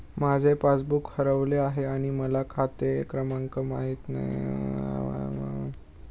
माझे पासबूक हरवले आहे आणि मला खाते क्रमांक माहित नाही तर काय करावे लागेल?